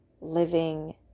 living